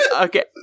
Okay